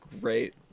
great